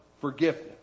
forgiveness